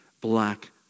black